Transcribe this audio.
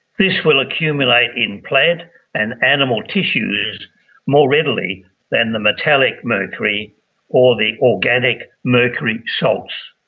this will accumulate in plant and animal tissues more readily than the metallic mercury or the organic mercury salts.